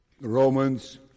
Romans